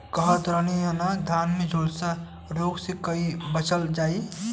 कतरनी धान में झुलसा रोग से कइसे बचल जाई?